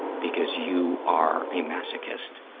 because you are a masochist.